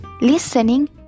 Listening